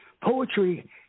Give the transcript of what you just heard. Poetry